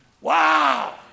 Wow